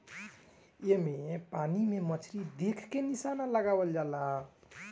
एमे पानी में मछरी के देख के निशाना लगावल जाला